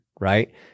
right